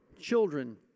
children